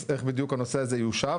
אז איך בדיוק הנושא הזה יושב?